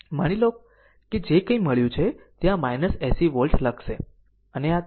માની લો કે જે કંઇ મળ્યું છે તે આ 80 વોલ્ટ લખશે અને આ તે છે જે અહીં r છે